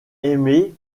aimez